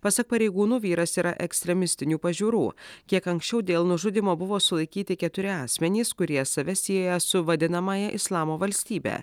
pasak pareigūnų vyras yra ekstremistinių pažiūrų kiek anksčiau dėl nužudymo buvo sulaikyti keturi asmenys kurie save sieja su vadinamąja islamo valstybe